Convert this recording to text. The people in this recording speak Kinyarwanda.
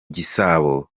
gisabo